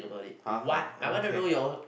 uh I don't I don't care